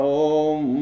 om